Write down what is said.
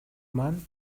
маань